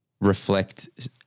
reflect